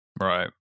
right